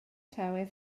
tywydd